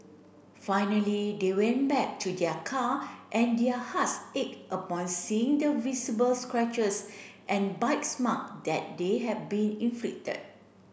finally they went back to their car and their hearts ached upon seeing the visible scratches and bites mark that they had been inflicted